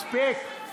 מספיק.